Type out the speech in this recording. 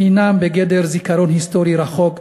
הם בגדר זיכרון היסטורי רחוק,